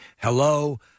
hello